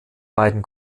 beiden